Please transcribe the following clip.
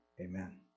Amen